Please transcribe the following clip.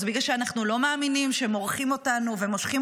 בגלל שאנחנו לא מאמינים כשהם מורחים אותנו ומושכים